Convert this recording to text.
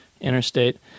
interstate